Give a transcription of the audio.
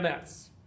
MS